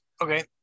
Okay